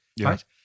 right